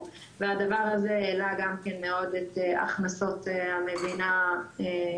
והדבר הזה העלה גם כן מאוד את הכנסות המדינה מהנדל"ן,